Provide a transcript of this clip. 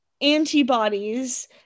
antibodies